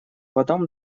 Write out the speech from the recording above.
потом